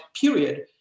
period